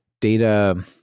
data